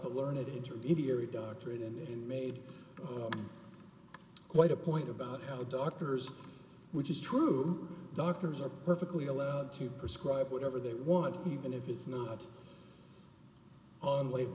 the learned intermediary doctor it in made quite a point about how doctors which is true doctors are perfectly allowed to prescribe whatever they want even if it's not on lab